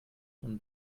von